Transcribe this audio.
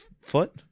foot